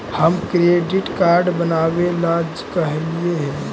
हम credit card बनावे ला कहलिऐ हे?